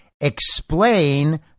explain